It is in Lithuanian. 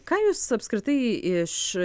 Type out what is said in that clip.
ką jūs apskritai iš